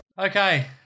Okay